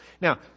Now